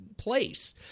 Place